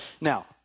Now